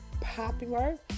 popular